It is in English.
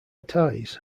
ties